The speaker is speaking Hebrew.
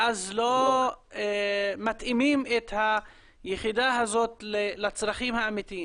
ואז לא מתאימים את היחידה הזאת לצרכים האמתיים.